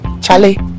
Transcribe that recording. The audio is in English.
Charlie